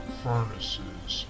furnaces